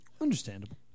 Understandable